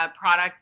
product